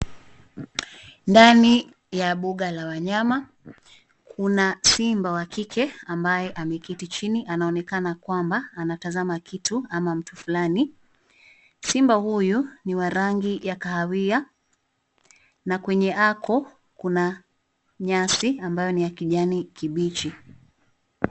Ndani ya mbuga la wanyama, kuna simba wa kike ambaye ameketi chini. Anaonekana kwamba anatazama kitu ama mtu fulani. Simba huyu ni rangi ya kahawia na kwenye ako kuna nyasi ambayo ni ya kijani kibichi.